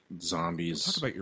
zombies